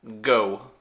Go